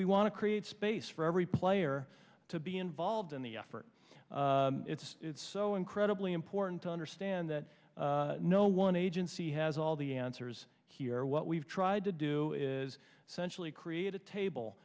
we want to create space for every player to be involved in the effort it's so incredibly important to understand that no one agency has all the answers here what we've tried to do is centrally create a table